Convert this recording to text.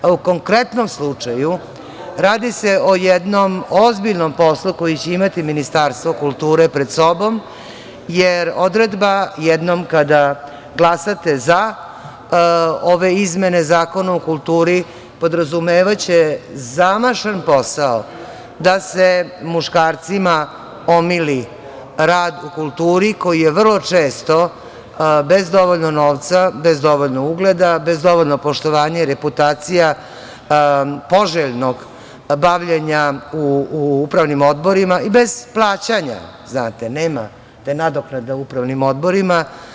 U konkretnom slučaju, radi se o jednom ozbiljnom poslu koji će imati Ministarstvo kulture pred sobom, jer odredba, jednom kada glasate za ove izmene Zakona o kulturi, podrazumevaće zamašan posao da se muškarcima omili rad u kulturi, koji je vrlo često bez dovoljno novca, bez dovoljno ugleda, bez dovoljno poštovanja i reputacija, poželjnog bavljenja u upravnim odborima i bez plaćanja, znate, nema te nadoknade u upravnim odborima.